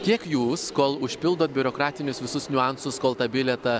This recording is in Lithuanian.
kiek jūs kol užpildot biurokratinius visus niuansus kol tą bilietą